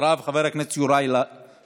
אחריו, חבר הכנסת יוראי להב.